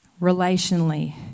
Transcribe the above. relationally